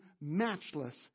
matchless